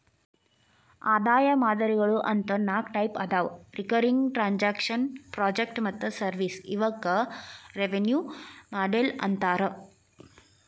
ಆದಾಯ ಮಾದರಿಗಳು ಅಂತ ನಾಕ್ ಟೈಪ್ ಅದಾವ ರಿಕರಿಂಗ್ ಟ್ರಾಂಜೆಕ್ಷನ್ ಪ್ರಾಜೆಕ್ಟ್ ಮತ್ತ ಸರ್ವಿಸ್ ಇವಕ್ಕ ರೆವೆನ್ಯೂ ಮಾಡೆಲ್ ಅಂತಾರ